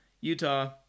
Utah